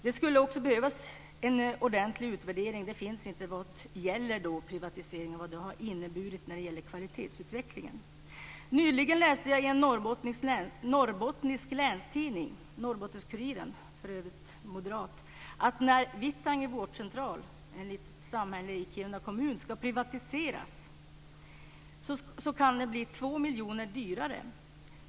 Det skulle också behövas en ordentlig utvärdering, för det finns inte, av vad privatisering har inneburit när det gäller kvalitetsutvecklingen. Nyligen läste jag i en norrbottnisk länstidning, Norrbottenskuriren, för övrigt moderat, att när vårdcentralen i Vittangi, ett litet samhälle i Kiruna kommun, ska privatiseras kan det bli 2 miljoner dyrare.